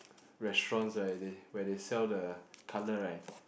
restaurants right they where they sell the cutlet right